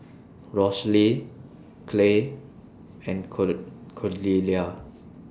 Rosalee Kaleigh and Cordelia